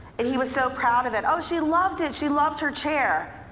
and he was so proud of it. oh, she loved it, she loved her chair.